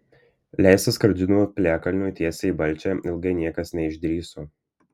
leistis skardžiu nuo piliakalnio tiesiai į balčią ilgai niekas neišdrįso